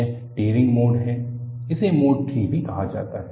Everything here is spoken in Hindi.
यह टियरिंग मोड है इसे मोड III भी कहा जाता है